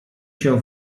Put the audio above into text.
się